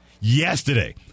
yesterday